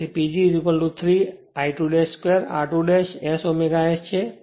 તેથી PG 3 I2 2 r2 S ω S છે